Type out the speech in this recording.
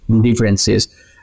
differences